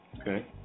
Okay